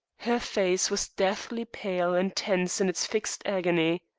her face was deathly pale and tense in its fixed agony.